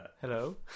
Hello